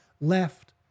left